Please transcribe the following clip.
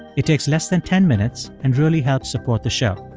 it takes less than ten minutes and really helps support the show.